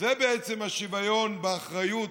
זה בעצם השוויון באחריות,